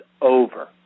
over